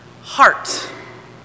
heart